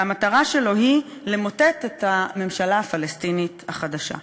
והמטרה שלו היא למוטט את הממשלה הפלסטינית החדשה,